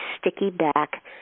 sticky-back